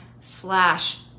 slash